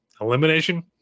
elimination